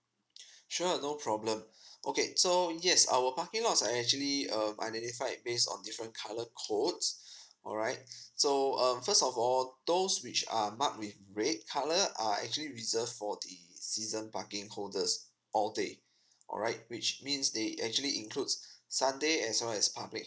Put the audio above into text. sure no problem okay so yes our parking laws are actually um identified based on all different colour codes alright so um first of all those which are marked with red colour are actually reserved for the season parking holders all day alright which means they actually includes sunday as well as public